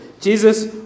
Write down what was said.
Jesus